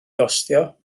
gostio